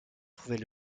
trouvait